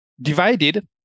divided